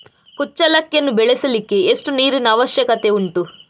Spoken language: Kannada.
ಕುಚ್ಚಲಕ್ಕಿಯನ್ನು ಬೆಳೆಸಲಿಕ್ಕೆ ಎಷ್ಟು ನೀರಿನ ಅವಶ್ಯಕತೆ ಉಂಟು?